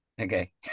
Okay